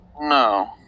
No